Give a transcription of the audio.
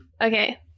Okay